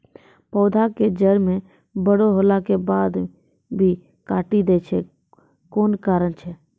पौधा के जड़ म बड़ो होला के बाद भी काटी दै छै कोन कारण छै?